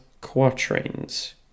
quatrains